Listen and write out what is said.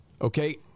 okay